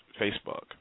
Facebook